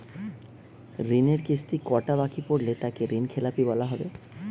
ঋণের কিস্তি কটা বাকি পড়লে তাকে ঋণখেলাপি বলা হবে?